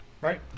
Right